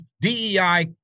DEI